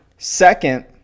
Second